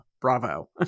bravo